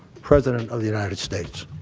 president of the united states